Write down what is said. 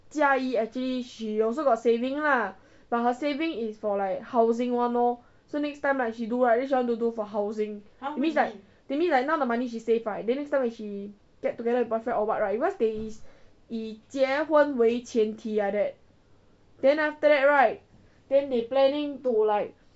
jia yi actually she also got saving lah but her saving is for like housing [one] lor so next time right she do right she want to do for housing that means like now the money she save right next time when she get together with boyfriend or what right because they is 以结婚为前提 like that then after that right then they planning to like